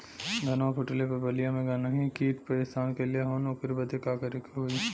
धनवा फूटले पर बलिया में गान्ही कीट परेशान कइले हवन ओकरे बदे का करे होई?